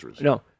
No